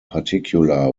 particular